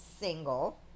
single